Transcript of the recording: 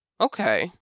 Okay